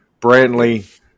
Brantley